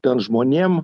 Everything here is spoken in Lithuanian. ten žmonėm